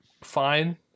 fine